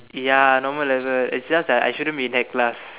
ya normal level it's just that I shouldn't be in that class